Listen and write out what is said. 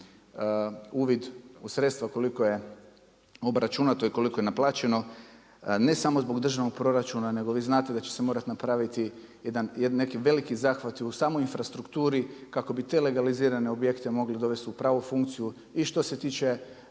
uvid u sredstva koliko je obračunato i koliko je naplaćeno ne samo zbog državnog proračuna, nego vi znate da će se morati napraviti neki veliki zahvati u samoj infrastrukturi kako bi te legalizirane objekte mogli dovesti u pravu funkciju i što se tiče